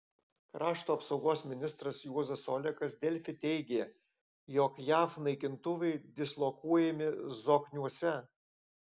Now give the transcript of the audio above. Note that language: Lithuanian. krašto apsaugos ministras juozas olekas delfi teigė jog jav naikintuvai dislokuojami zokniuose